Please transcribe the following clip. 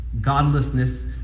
godlessness